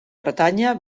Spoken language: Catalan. bretanya